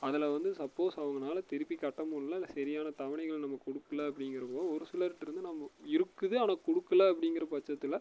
அதில் வந்து சப்போஸ் அவங்கனால திருப்பி கட்டமுல்ல சரியான தவணைகளை நம்ப கொடுக்கல அப்படிங்கிறப்போ ஒரு சிலருட்டருந்து நாம இருக்குது ஆனால் கொடுக்கல அப்படிங்கிற பட்சத்தில்